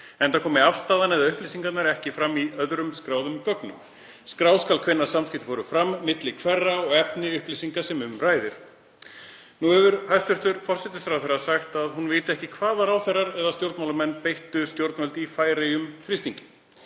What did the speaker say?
enda komi afstaðan eða upplýsingarnar ekki fram í öðrum skráðum gögnum. Skrá skal hvenær samskipti fóru fram, milli hverra og efni upplýsinga sem um ræðir.“ Nú hefur hæstv. forsætisráðherra sagt að hún viti ekki hvaða ráðherrar eða stjórnmálamenn beittu stjórnvöld í Færeyjum þrýstingi.